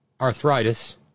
arthritis